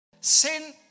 Sin